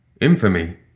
Infamy